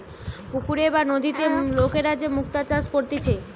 পুকুরে বা নদীতে লোকরা যে মুক্তা চাষ করতিছে